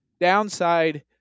downside